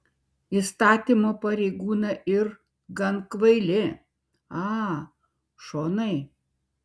įstatymo pareigūnai yr gan kvaili a šonai